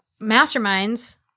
masterminds